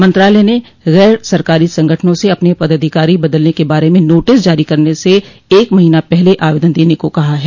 मंत्रालय ने गर सरकारी संगठनों से अपने पदाधिकारी बदलने के बारे में नोटिस जारी करने से एक महीना पहले आवेदन देने को कहा है